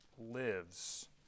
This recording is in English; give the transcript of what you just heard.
lives